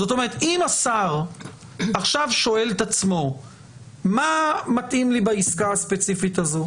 זאת אומרת אם השר עכשיו שואל את עצמו מה מתאים לי בעסקה הספציפית הזו,